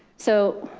so